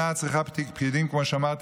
כמו שאמרתי,